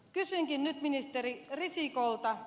kysynkin nyt ministeri risikolta